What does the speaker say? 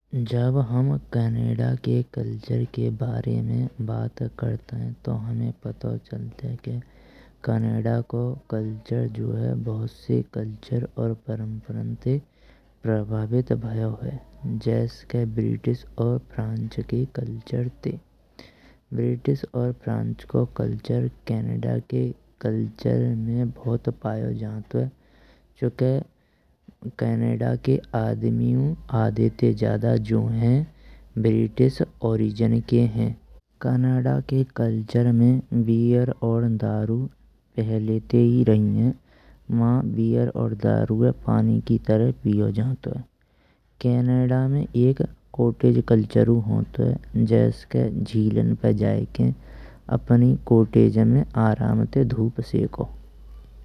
जब हम कनाडा के कल्चर का बारे में बात करताये तो हमे पटो चलतिये के कैनडा को कल्चर जो है बहुत से कल्चर और परंपरान ते प्रभावित भयो है। जैस के ब्रिटिश और फ्रेंच के कल्चर ते ब्रिटिश और फ्रेंच को कल्चर कनाडा के कल्चर में बहुत पायो जन्तुये। चुंके कनाडा के आदमी आधे ते ज्यादा जो है ब्रिटिश ओरीजिन के है कनाडा के कल्चर में बियर और दारू पहलते ही रही हैं, माँ बियर और दारूये पानी की तरह पियो जान्तुये। कनाडा में एक कॉटेज कल्चर होतुये जैस के झीलन पे जायकेइन अपनी कॉटेज पे आराम ते धूप सेक्यो।